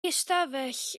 hystafell